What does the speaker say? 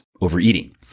overeating